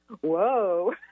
whoa